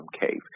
cave